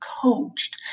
coached